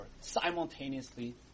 simultaneously